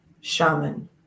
shaman